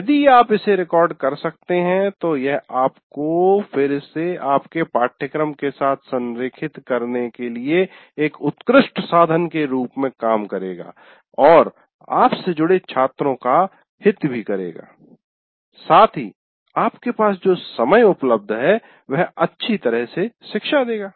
यदि आप इसे रिकॉर्ड कर सकते हैं तो यह आपके को फिर से आपके पाठ्यक्रम के साथ संरेखित करने के लिए एक उत्कृष्ट साधन के रूप में काम करेगा और आपसे जुड़े छात्रों का हित भी करेंगा साथ ही आपके पास जो समय उपलब्ध है वह अच्छी तरह से शिक्षा देगा